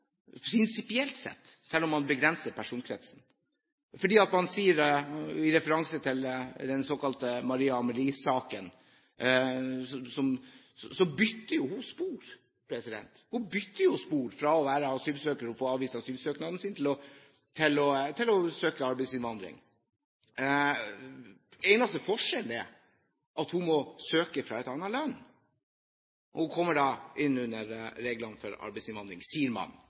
prinsipielt sett – selv om man begrenser personkretsen, og med referanse til den såkalte Maria Amelie-saken: Hun bytter jo spor. Hun bytter spor fra å være asylsøker og få avvist asylsøknaden sin til å søke arbeidsinnvandring. Den eneste forskjellen er at hun må søke fra et annet land. Hun kommer da inn under reglene for arbeidsinnvandring, sier man.